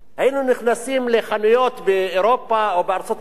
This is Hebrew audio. שהיינו נכנסים לחנויות באירופה או בארצות-הברית,